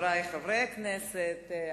חברי חברי הכנסת,